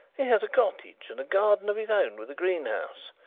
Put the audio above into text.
he has a cottage and a garden of his own with a greenhouse,